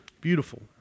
Beautiful